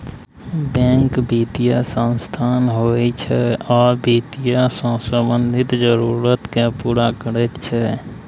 bank बित्तीय संस्थान होइ छै आ बित्त सँ संबंधित जरुरत केँ पुरा करैत छै